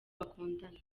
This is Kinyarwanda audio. bakundana